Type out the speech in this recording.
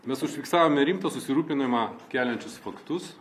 mes užfiksavome rimtą susirūpinimą keliančius faktus